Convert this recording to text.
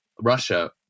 Russia